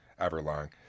Everlong